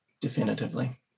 definitively